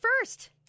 first